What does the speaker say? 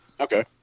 okay